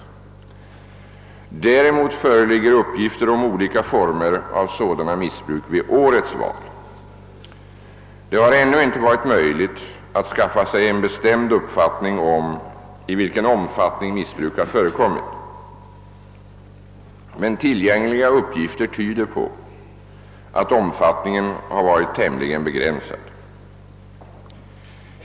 Däremot föreligger uppgifter om olika former av sådant missbruk vid årets val. Det har ännu inte varit möjligt att skaffa sig en bestämd uppfattning om i vilken omfattning missbruk har förekommit. Tillgängliga uppgifter tyder emellertid på att omfattningen har varit tämligen begränsad.